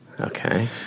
Okay